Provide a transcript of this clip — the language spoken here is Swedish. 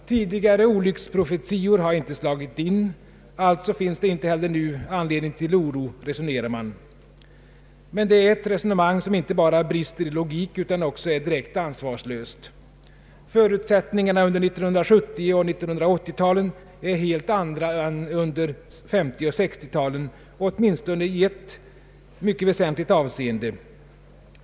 Tidigare olycksprofetior har inte slagit in, alltså finns det inte heller nu anledning till oro — så resonerar man. Men det är ett resonemang som inte bara brister i logik utan också är direkt ansvarslöst. Förutsättningarna under 1970 och 1980-talen är helt andra än under 1950 och 1960-talen, åtminstone i ett mycket väsentligt avseende.